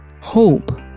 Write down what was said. hope